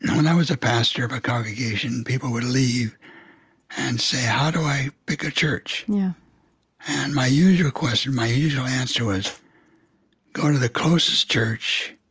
when i was a pastor of a congregation, people would leave and say, how do i pick a church? yeah and my usual question, my usual answer was go to the closest church